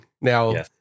Now